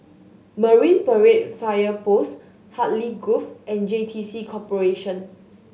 Marine Parade Fire Post Hartley Grove and J T C Corporation